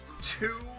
two